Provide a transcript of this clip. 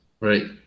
right